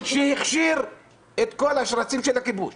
שהכשיר את כל השרצים של הכיבוש